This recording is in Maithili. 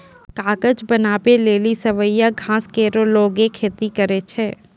कागज बनावै लेलि सवैया घास केरो लोगें खेती करै छै